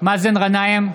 מאזן גנאים,